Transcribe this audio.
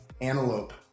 Antelope